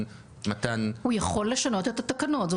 הוא יכול לשנות את התקנות,